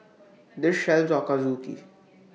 This sells Ochazuke